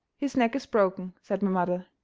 his neck is broken, said my mother.